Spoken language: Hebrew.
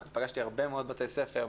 פגשתי הרבה מאוד בתי ספר,